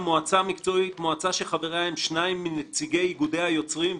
""מועצה מקצועית" מועצה שחבריה הם שניים מנציגי איגודי היוצרים,